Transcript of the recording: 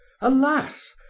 Alas